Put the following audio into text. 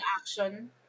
action